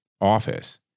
office